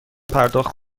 پرداخت